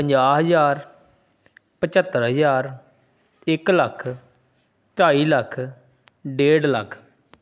ਪੰਜਾਹ ਹਜ਼ਾਰ ਪਝੱਤਰ ਹਜ਼ਾਰ ਇੱਕ ਲੱਖ ਢਾਈ ਲੱਖ ਡੇਢ ਲੱਖ